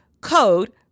code